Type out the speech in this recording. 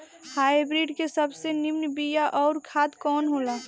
Hybrid के सबसे नीमन बीया अउर खाद कवन हो ला?